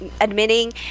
admitting